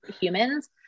humans